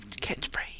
catchphrase